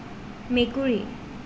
মেকুৰী